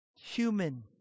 Human